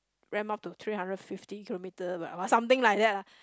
ram up to three hundred fifty kilometres but something like that lah